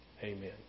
Amen